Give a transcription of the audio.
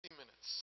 minutes